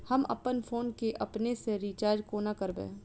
हम अप्पन फोन केँ अपने सँ रिचार्ज कोना करबै?